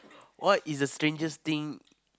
what is the strangest thing